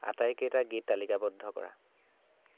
আটাইকেইটা গীত তালিকাবদ্ধ কৰা